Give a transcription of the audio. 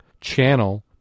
Channel